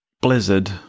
Blizzard